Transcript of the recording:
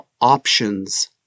options